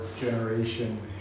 generation